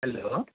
hello